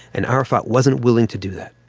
and arafat wasn't willing to do that.